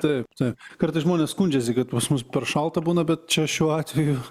taip tai kartais žmonės skundžiasi kad pas mus per šalta būna bet čia šiuo atveju